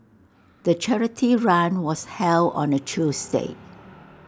the charity run was held on A Tuesday